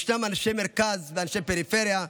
ישנם אנשי מרכז ואנשי פריפריה,